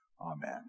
amen